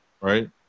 right